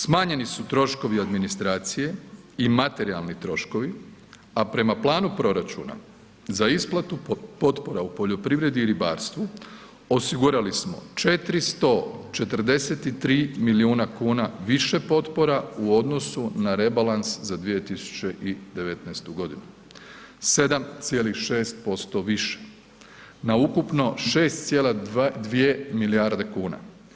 Smanjeni su troškovi od ministracije i materijalni troškovi, a prema planu proračuna za isplatu potpora u poljoprivredi i ribarstvu osigurali smo 443 milijuna kuna više potpora u odnosu na rebalans za 2019.g., 7,6% više, na ukupno 6,2 milijarde kuna.